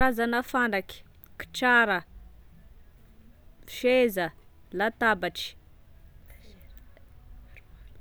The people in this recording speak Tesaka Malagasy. Karazana fanaky: kitrara, seza, latabatry,